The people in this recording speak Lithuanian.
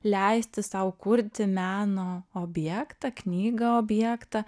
leisti sau kurti meno objektą knygą objektą